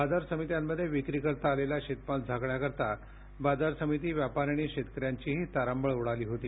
बाजार समित्यांमध्ये विक्रीकरिता आलेला शेतमाल झाकण्याकरिता बाजार समिती व्यापारी आणि शेतकण्यांचीही तारांबळ उडाली होती